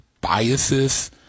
biases